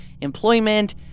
employment